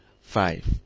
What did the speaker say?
Five